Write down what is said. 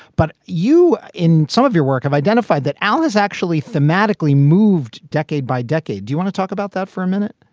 but you in some of your work, i've identified that al is actually thematically moved decade by decade. do you want to talk about that for a minute?